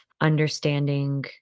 understanding